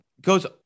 goes